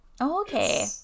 okay